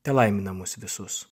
telaimina mus visus